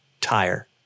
tire